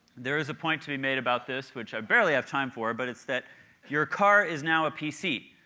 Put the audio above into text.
there is a point to be made about this which i barely have time for, but it's that your car is now a pc,